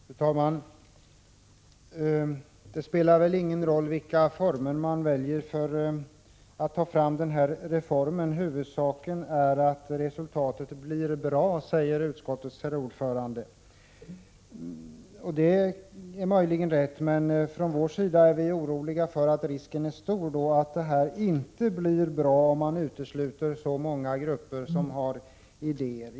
Fru talman! Det spelar väl ingen roll vilka former man väljer för att ta fram den här reformen. Huvudsaken är att resultatet blir bra. Det säger utskottets ordförande. Det är möjligen rätt. Men vi i centern är oroliga för att risken är stor att det inte blir bra, om man utesluter så många grupper som har idéer.